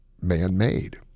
man-made